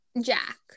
Jack